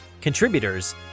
contributors